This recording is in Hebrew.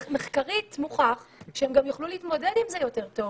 מחקרית מוכח שהם גם יוכלו להתמודד עם זה יותר טוב.